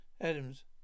Adams